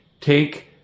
take